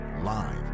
Live